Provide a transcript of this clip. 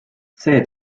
see